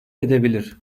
edebilir